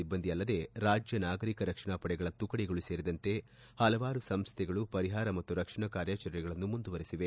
ಸಿಬ್ಬಂದಿ ಅಲ್ಲದೆ ರಾಜ್ಯ ನಾಗರಿಕ ರಕ್ಷಣಾ ಪಡೆಗಳ ತುಕಡಿಗಳೂ ಸೇರಿದಂತೆ ಹಲವಾರು ಸಂಸ್ಥೆಗಳು ಪರಿಹಾರ ಮತ್ತು ರಕ್ಷಣಾ ಕಾರ್ಯಾಚರಣೆಗಳನ್ನು ಮುಂದುವರೆಸಿದೆ